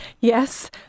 Yes